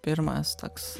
pirmas toks